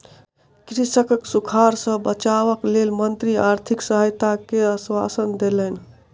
कृषकक सूखाड़ सॅ बचावक लेल मंत्री आर्थिक सहायता के आश्वासन देलैन